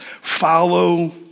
follow